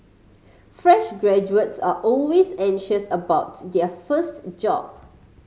fresh graduates are always anxious about their first job